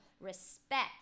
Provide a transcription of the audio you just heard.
Respect